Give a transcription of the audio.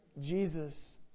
Jesus